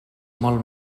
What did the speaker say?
molt